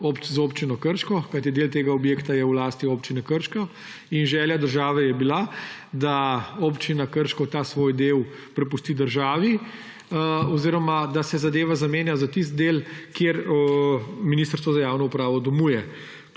z Občino Krško, kajti del tega objekta je v lasti Občine Krško. Želja države je bila, da Občina Krško ta svoj del prepusti državi oziroma da se zadeva zamenja za tisti del, kjer Ministrstvo za javno upravo domuje.